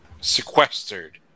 sequestered